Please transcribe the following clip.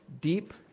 deep